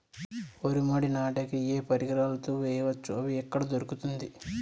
వరి మడి నాటే కి ఏ పరికరాలు తో వేయవచ్చును అవి ఎక్కడ దొరుకుతుంది?